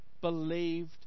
believed